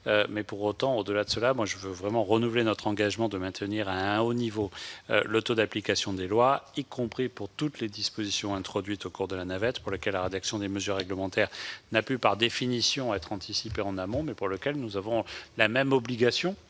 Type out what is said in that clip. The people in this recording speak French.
sait quelle est la difficulté ... Je tiens à renouveler notre engagement de maintenir à un niveau élevé le taux d'application des lois, y compris pour les dispositions introduites au cours de la navette, pour lesquelles la rédaction des mesures réglementaires n'a pu, par définition, être anticipée en amont, mais pour lesquelles nous avons la même obligation